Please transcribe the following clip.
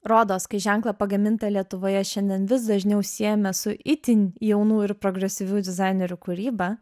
rodos kai ženklą pagaminta lietuvoje šiandien vis dažniau siejame su itin jaunų ir progresyvių dizainerių kūryba